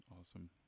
Awesome